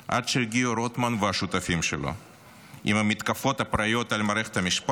עד שהגיעו רוטמן והשותפים שלו עם המתקפות הפראיות על מערכת המשפט,